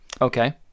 okay